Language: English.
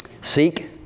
seek